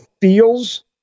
feels